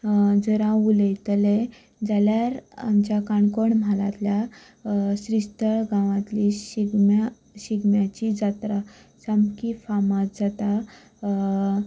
जर हांव उलयतलें जाल्यार आमच्या काणकोणा म्हालांतल्या श्रीस्थळ गांवांतली शिगम्या शिगम्याची जात्रा सामकी फामद जाता